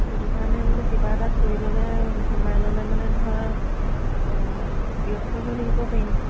সেইটো কাৰণে বোলে কিবা এটাত কৰি ল'লে সোমাই ল'লে মানে ধৰা ব্যস্ত হৈ থাকিব পাৰিম